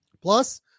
Plus